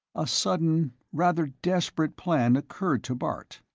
a sudden, rather desperate plan occurred to bart.